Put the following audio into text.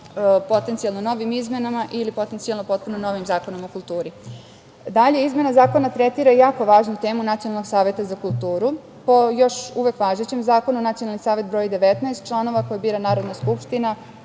potencijalno novim izmenama ili potencijalno potpuno novim zakonom o kulturi. Dalja izmena zakona tretira jako važnu temu Nacionalnog saveta za kulturu. Po još uvek važećem zakonu, Nacionalni savet broji 19 članova koje bira Narodna skupština